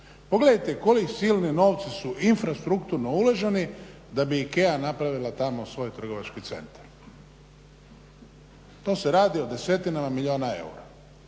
Pogledajte koji silni novci su infrastrukturno uloženi da bi IKEA napravila tamo trgovački centar, to se radi o desetinama milijuna eura